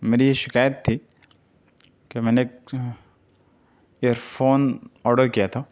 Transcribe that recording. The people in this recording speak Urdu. میری یہ شکایت تھی کہ میں نے ایئر فون آرڈر کیا تھا